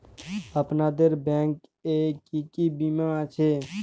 আপনাদের ব্যাংক এ কি কি বীমা আছে?